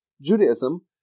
Judaism